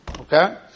Okay